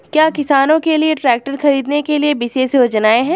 क्या किसानों के लिए ट्रैक्टर खरीदने के लिए विशेष योजनाएं हैं?